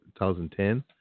2010